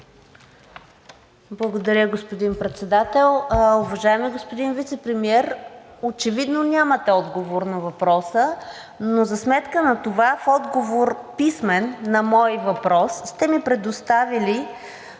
Благодаря, господин Председател. Уважаеми господин Вицепремиер, очевидно нямате отговор на въпроса, но за сметка на това в писмен отговор на мой въпрос сте ми предоставили